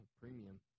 premium